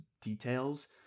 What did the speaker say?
details